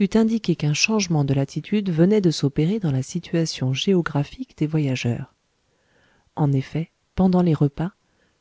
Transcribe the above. eût indiqué qu'un changement de latitude venait de s'opérer dans la situation géographique des voyageurs en effet pendant les repas